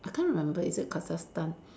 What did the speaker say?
I can't remember is it Kazakhstan